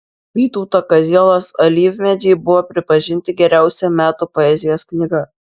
vytauto kazielos alyvmedžiai buvo pripažinti geriausia metų poezijos knyga